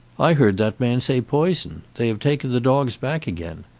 i heard that man say poison. they have taken the dogs back again.